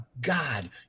God